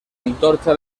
antorcha